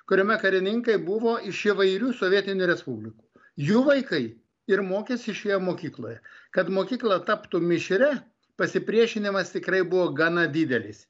kuriame karininkai buvo iš įvairių sovietinių respublikų jų vaikai ir mokėsi šioje mokykloje kad mokykla taptų mišria pasipriešinimas tikrai buvo gana didelis